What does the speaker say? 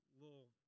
little